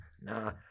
Nah